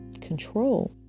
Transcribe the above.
control